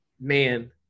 Man